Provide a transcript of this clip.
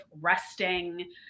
resting